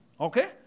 Okay